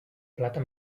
plata